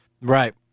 Right